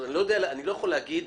אני לא יכול להגיד